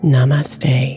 Namaste